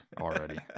already